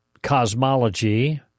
cosmology